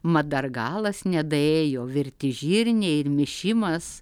mat dar galas nedaėjo virti žirniai ir mišimas